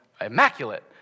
immaculate